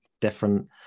different